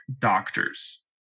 doctors